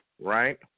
right